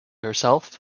herself